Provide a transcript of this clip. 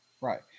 Right